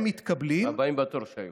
לפרוטוקול: